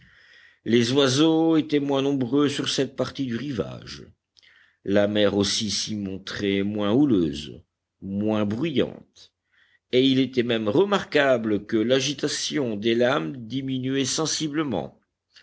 les oiseaux étaient moins nombreux sur cette partie du rivage la mer aussi s'y montrait moins houleuse moins bruyante et il était même remarquable que l'agitation des lames diminuait sensiblement